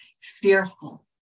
fearful